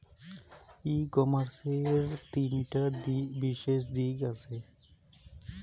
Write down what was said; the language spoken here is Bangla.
ই কমার্সের তিনটা বিশেষ দিক আছে